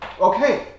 Okay